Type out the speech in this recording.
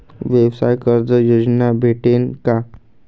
व्यवसाय कर्ज योजना भेटेन का?